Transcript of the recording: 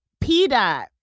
P-Dot